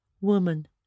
woman